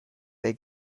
they